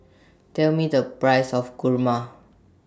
Tell Me The Price of Kurma